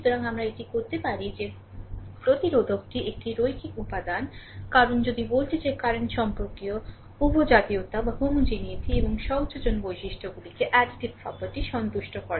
সুতরাং আমরা এটি করতে পারি যে প্রতিরোধকটি একটি রৈখিক উপাদান কারণ যদি ভোল্টেজের কারেন্ট সম্পর্কটি উভয়জাতীয়তা হোমোজিনিয়েটি এবং সংযোজন বৈশিষ্ট্যগুলিকে অ্যাডিটিভ প্রপার্টি সন্তুষ্ট করে